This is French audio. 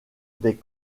des